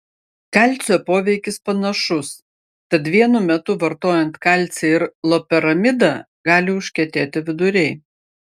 kalcio poveikis panašus tad vienu metu vartojant kalcį ir loperamidą gali užkietėti viduriai